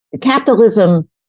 capitalism